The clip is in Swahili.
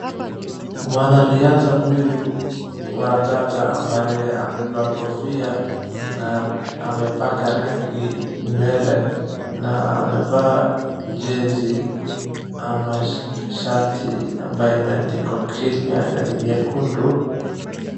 Mwanariadha huyu wa dada ambaye amevaa kofia na amepaka rangi nywele na amevaa jezi ama sha, shati ambaye imeandikwa Kenya na ni nyekundu.